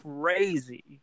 crazy